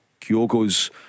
Kyogo's